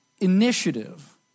initiative